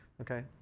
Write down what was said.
ok.